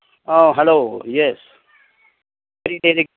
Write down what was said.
ꯑꯥ hello yes ꯀꯔꯤ ꯀꯔꯤ